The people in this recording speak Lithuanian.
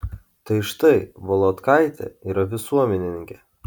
tai štai volodkaitė yra visuomenininkė